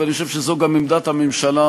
ואני חושב שזו גם עמדת הממשלה,